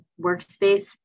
workspace